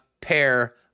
pair